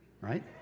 right